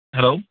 Hello